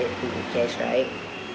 getting in cash right